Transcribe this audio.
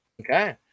Okay